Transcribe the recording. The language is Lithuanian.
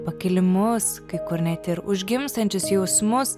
pakilimus kai kur net ir užgimstančius jausmus